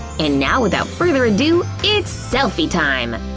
and now without further ado, it's selfie time.